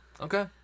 Okay